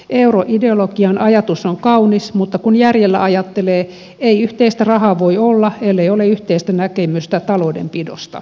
euroideologian ajatus on kaunis mutta kun järjellä ajattelee ei yhteistä rahaa voi olla ellei ole yhteistä näkemystä taloudenpidosta